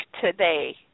today